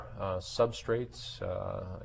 substrates